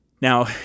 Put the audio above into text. Now